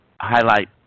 highlight